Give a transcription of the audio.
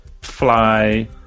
fly